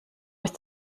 ist